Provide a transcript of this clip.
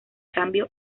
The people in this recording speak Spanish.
cambio